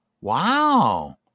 Wow